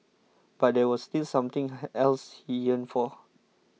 but there was still something else he yearned for